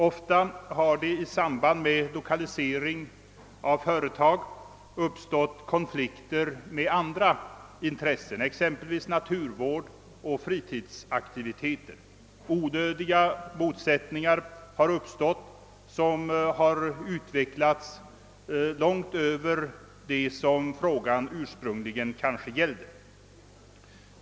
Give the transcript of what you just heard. Ofta har det i samband med lokaliseringar av företag uppstått konflikter med andra intressen, exempelvis naturvård och fritidsaktiviteter. Onödiga motsättningar har uppstått, som har utvecklats långt över dei som frågan ursprungligen kanske gällde.